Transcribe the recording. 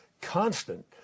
constant